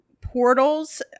portals